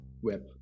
web